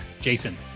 Jason